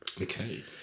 Okay